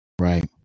Right